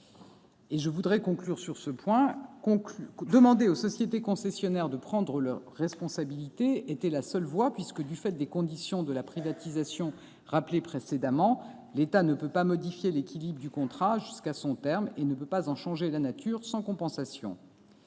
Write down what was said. Je voudrais conclure sur ce point : demander aux sociétés concessionnaires de prendre leurs responsabilités était la seule voie. En effet, du fait des conditions de la privatisation que j'ai évoquée, l'État ne peut ni modifier l'équilibre du contrat avant son terme ni en changer la nature sans compensation.